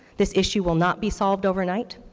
this issue will not be solved overnight.